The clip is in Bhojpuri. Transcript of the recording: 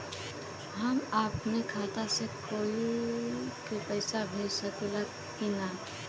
हम अपने खाता से कोई के पैसा भेज सकी ला की ना?